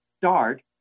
start